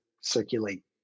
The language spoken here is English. circulate